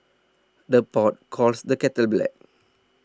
the pot calls the kettle black